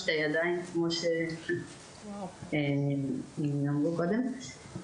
שתי ידיים כמו שאמרו קודם.